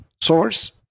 source